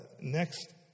next